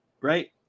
right